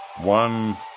One